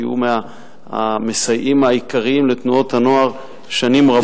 כי הוא מהמסייעים העיקריים לתנועות הנוער שנים רבות.